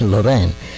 Lorraine